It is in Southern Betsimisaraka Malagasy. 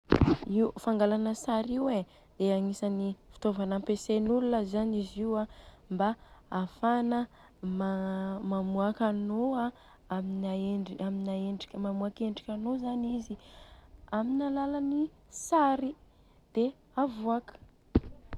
Io fangalana sary io e dia agnisany fitaovana ampiasain'olona zany izy io a mba afahana mamoaka anô a amina endri- endrik- mamoaka endrika anô zany izy, amin'ny alalan'ny sary dia avoaka.